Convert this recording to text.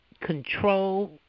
control